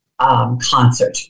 concert